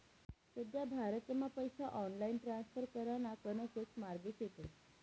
सध्या भारतमा पैसा ऑनलाईन ट्रान्स्फर कराना गणकच मार्गे शेतस